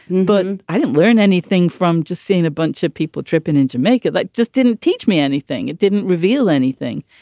but i didn't learn anything from just seeing a bunch of people tripping into make that like just didn't teach me anything. it didn't reveal anything.